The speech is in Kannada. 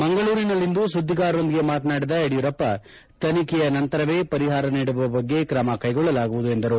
ಮಂಗಳೂರಿನಲ್ಲಿಂದು ಸುದ್ದಿಗಾರರೊಂದಿಗೆ ಮಾತನಾಡಿದ ಯಡಿಯೂರಪ್ಪ ತನಿಖೆಯ ನಂತರವೇ ಪರಿಹಾರ ನೀಡುವ ಬಗ್ಗೆ ಕ್ರಮ ಕೈಗೊಳ್ಳಲಾಗುವುದು ಎಂದರು